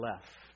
left